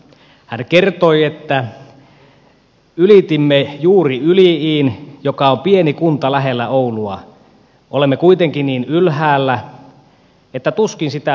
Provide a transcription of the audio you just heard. hän kertoi että ylitimme juuri yli iin joka on pieni kunta lähellä oulua olemme kuitenkin niin ylhäällä että tuskin sitä huomaattekaan